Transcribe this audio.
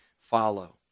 follow